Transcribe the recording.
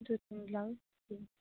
दो तीन ब्लाउज ठीक